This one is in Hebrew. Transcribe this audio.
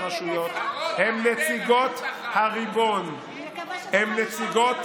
אני כבר סקרנית לדעת איך קוראים לספר השלישי.